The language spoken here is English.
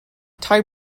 tie